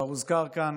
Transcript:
כבר הוזכר כאן